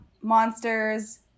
monsters